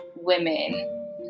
women